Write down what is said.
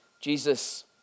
Jesus